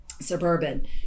Suburban